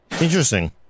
interesting